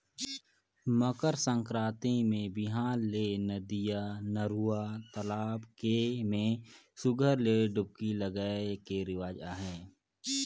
मकर संकरांति मे बिहान ले नदिया, नरूवा, तलवा के में सुग्घर ले डुबकी लगाए के रिवाज अहे